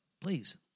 please